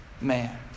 man